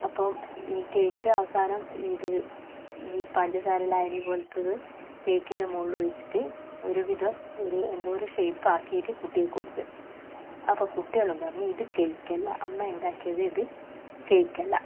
അപ്പോൾ ഈ കേക്ക് അവസാനം ഇത് ഈ പഞ്ചസാര ലായനി പോലത്തത് കേക്കിൻ്റെ മുകളിൽ ഒഴിച്ചിട്ട് ഒരുവിധം ഒരു എന്തോ ഒരു ഷേപ്പ് ആക്കിയിട്ട് കുട്ടികൾക്ക് കൊടുത്തു അപ്പം കുട്ടികളും പറഞ്ഞു ഇത് കേക്കല്ല അമ്മ ഉണ്ടാക്കിയത് ഇത് കേക്കല്ല